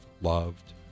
loved